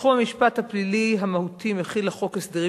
בתחום המשפט הפלילי המהותי מכיל החוק הסדרים